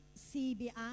CBI